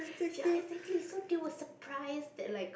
ya exactly so they were surprised that like